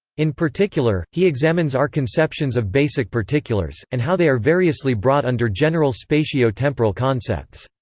in particular, he examines our conceptions of basic particulars, and how they are variously brought under general spatio-temporal concepts.